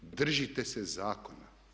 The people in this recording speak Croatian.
Držite se zakona.